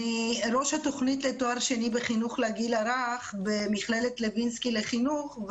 אני ראש התוכנית לתואר שני בחינוך לגיל הרך במכללת לוינסקי לחינוך.